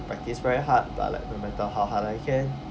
practise very hard but like no matter how hard I can